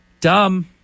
Dumb